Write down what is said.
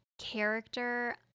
character